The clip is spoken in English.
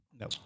No